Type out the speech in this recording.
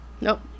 Nope